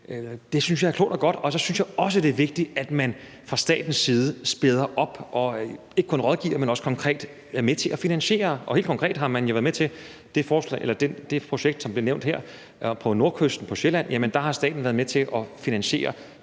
det synes jeg er klogt og godt – så synes jeg også, det er vigtigt, at man fra statens side spæder op og ikke kun rådgiver, men også konkret er med til at finansiere det. Helt konkret har man jo været med til det projekt, som blev nævnt her, oppe på nordkysten på Sjælland. Der har staten været med til at finansiere